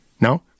No